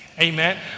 Amen